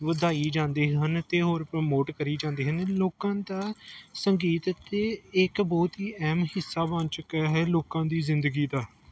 ਵਧਾਈ ਜਾਂਦੇ ਹਨ ਅਤੇ ਹੋਰ ਪ੍ਰੋਮੋਟ ਕਰੀ ਜਾਂਦੇ ਹਨ ਲੋਕਾਂ ਦਾ ਸੰਗੀਤ ਇੱਥੇ ਇੱਕ ਬਹੁਤ ਹੀ ਅਹਿਮ ਹਿੱਸਾ ਬਣ ਚੁੱਕਿਆ ਹੈ ਲੋਕਾਂ ਦੀ ਜ਼ਿੰਦਗੀ ਦਾ